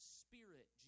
spirit